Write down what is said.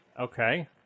Okay